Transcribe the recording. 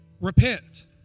Repent